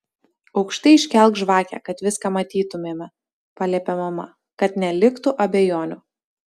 aukštai iškelk žvakę kad viską matytumėme paliepė mama kad neliktų abejonių